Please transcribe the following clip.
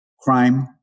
crime